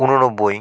ঊননব্বই